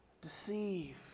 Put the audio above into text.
deceive